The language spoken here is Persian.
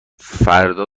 فردا